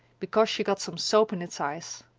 because she got some soap in its eyes.